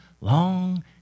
long